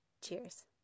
Cheers